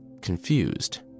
confused